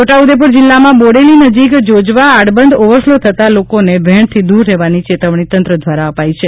છોટાઉદેપુર જિલ્લામાં બોડેલી નજીક જોજવા આડબંધ ઓવરફલો થતા લોકોને વહેણથી દૂર રહેવાની ચેતવજ઼ી તંત્ર દ્વારા અપાઇ છે